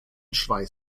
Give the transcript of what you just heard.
schweiß